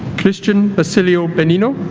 christian basilio benino